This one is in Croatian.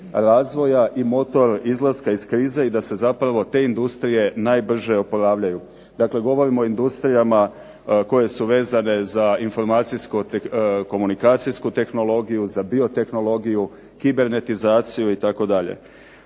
razvoja i motor izlaska iz krize i da se zapravo te industrije najbrže oporavljaju. Dakle, govorim o industrijama koje su vezane za informacijsku, komunikacijsku tehnologiju, za biotehnologiju, kibernetizaciju itd.